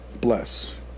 Bless